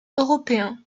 européen